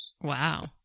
Wow